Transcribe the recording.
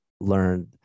learned